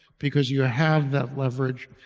because you have that leverage,